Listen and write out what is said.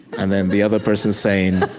and then the other person saying,